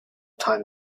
time